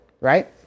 right